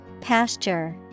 Pasture